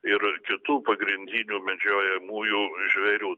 ir kitų pagrindinių medžiojamųjų žvėrių